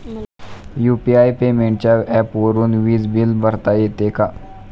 UPI पेमेंटच्या ऍपवरुन वीज बिल भरता येते का?